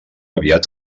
aviat